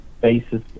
basis